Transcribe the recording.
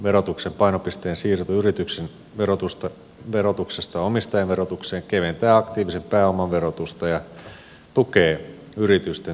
verotuksen painopisteen siirto yrityksen verotuksesta omistajan verotukseen keventää aktiivisen pääoman verotusta ja tukee yritysten toimintaedellytyksiä